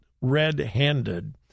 red-handed